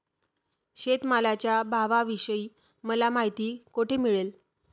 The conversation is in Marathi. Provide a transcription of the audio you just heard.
शेतमालाच्या भावाविषयी मला माहिती कोठे मिळेल?